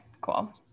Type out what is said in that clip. cool